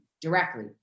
directly